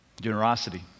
generosity